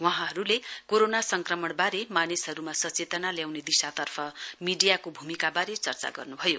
वहाँहरूले कोरोना संक्रमणबारे मानिसहरूमा सचेतना ल्याउने दिशातर्फ मीडियाको भूमिकाबारे चर्चा गर्न भयो